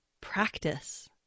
practice